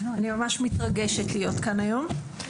אני ממש מתרגשת להיות כאן היום.